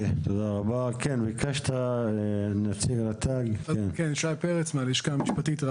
נציג רט"ג, בבקשה.